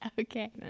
Okay